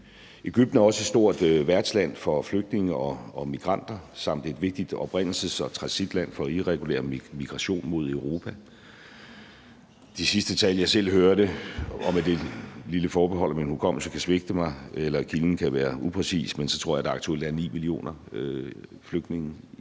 Egypten er også et stort værtsland for flygtninge og migranter samt et vigtigt oprindelses- og transitland for irregulær migration mod Europa. Ifølge de sidste tal, jeg selv hørte – med det lille forbehold, at min hukommelse kan svigte mig eller kilden kan være upræcis – tror jeg, der aktuelt er 9 millioner flygtninge